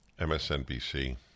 MSNBC